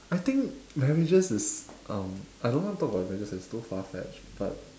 I think marriages is um I don't want to talk about marriages it's too far fetched but